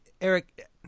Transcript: Eric